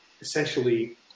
essentially